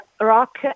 rock